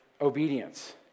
obedience